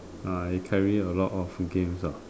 uh I carry a lot of games ah